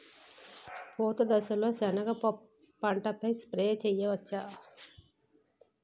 పూత దశలో సెనగ పంటపై స్ప్రే చేయచ్చా?